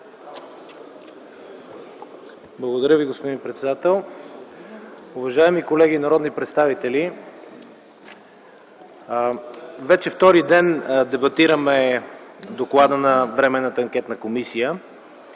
Благодаря, господин председател. Уважаеми колеги народни представители, вече втори ден дебатираме доклада на Временната анкетна комисия.